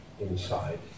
inside